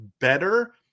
better